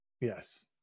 Yes